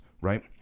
right